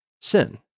sin